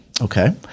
okay